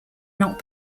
not